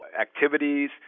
activities